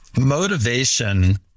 motivation